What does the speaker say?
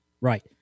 Right